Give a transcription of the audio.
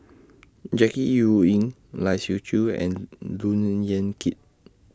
Jackie Yi Ru Ying Lai Siu Chiu and Look Yan Kit